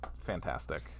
fantastic